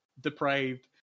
depraved